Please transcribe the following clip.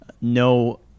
no